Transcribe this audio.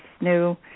new